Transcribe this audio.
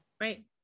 right